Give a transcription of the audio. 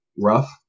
rough